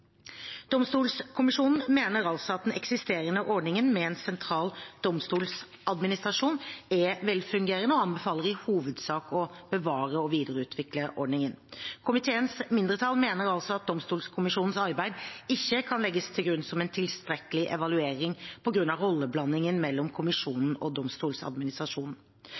mener altså at den eksisterende ordningen med en sentral domstoladministrasjon er velfungerende, og anbefaler i hovedsak å bevare og videreutvikle ordningen. Komiteens mindretall mener at domstolkommisjonens arbeid ikke kan legges til grunn som en tilstrekkelig evaluering på grunn av rolleblanding mellom kommisjonen og